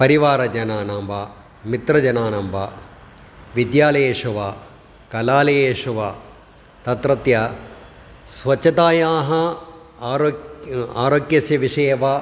परिवारजनानां वा मित्रजनानां वा विद्यालयेषु वा कलालयेषु वा तत्रत्य स्वच्छतायाः आरोग्यस्य आरोग्यस्य विषये वा